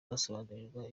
basobanurirwa